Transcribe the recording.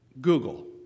Google